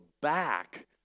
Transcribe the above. back